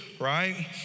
right